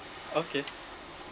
okay